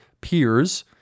peers